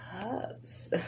Cups